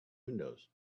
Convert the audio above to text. windows